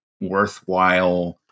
worthwhile